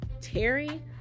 Terry